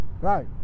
Right